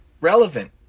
relevant